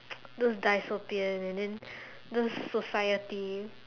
those dystopian and then those society